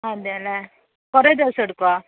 അതെല്ലേ കുറെ ദിവസം എടുക്കുവാ